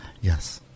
Yes